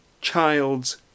child's